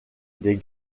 des